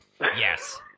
Yes